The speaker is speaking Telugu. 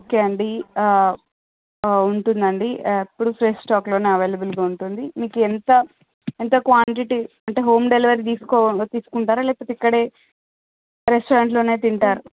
ఓకే అండి ఉంటుందండి ఎప్పుడు ఫ్రెష్ స్టాక్లోనే అవైలబుల్గా ఉంటుంది మీకెంత ఎంత క్వాంటిటి అంటే హోమ్ డెలివరీ తీసుకో తీసుకుంటారా లేకపోతే ఇక్కడే రెస్టారెంట్లోనే తింటారా